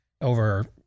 over